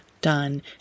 done